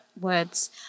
words